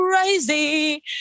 crazy